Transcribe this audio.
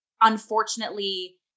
unfortunately